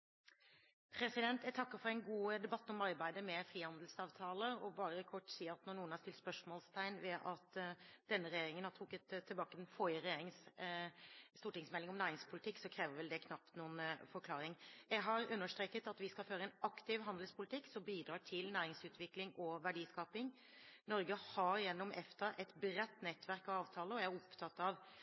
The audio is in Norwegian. Jeg takker for en god debatt om arbeidet med frihandelsavtaler og vil bare kort si at om noen har satt spørsmålstegn ved det at denne regjeringen har trukket tilbake den forrige regjeringens stortingsmelding om næringspolitikk, krever vel det knapt noen forklaring. Jeg har understreket at vi skal føre en aktiv handelspolitikk som bidrar til næringsutvikling og verdiskaping. Norge har gjennom EFTA et bredt nettverk av avtaler, og jeg er opptatt av